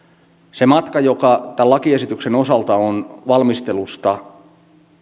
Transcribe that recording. siitä matkasta joka tämän lakiesityksen osalta on valmistelusta